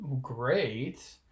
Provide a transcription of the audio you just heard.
great